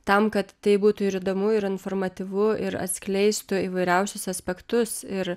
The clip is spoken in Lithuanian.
tam kad tai būtų ir įdomu ir informatyvu ir atskleistų įvairiausius aspektus ir